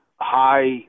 high